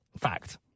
Fact